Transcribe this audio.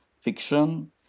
fiction